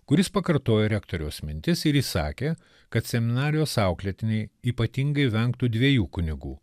kuris pakartojo rektoriaus mintis ir įsakė kad seminarijos auklėtiniai ypatingai vengtų dviejų kunigų